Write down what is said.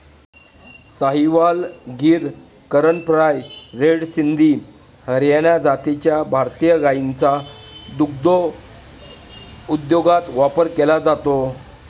Sahiwal, Gir, Karan Fries, red Sindhi, Haryana जातीच्या भारतीय गायींचा दुग्धोद्योगात वापर केला जातो